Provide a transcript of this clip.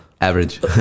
Average